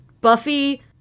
Buffy